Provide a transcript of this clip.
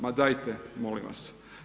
Ma dajte molim vas.